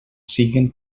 siguen